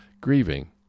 grieving